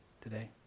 today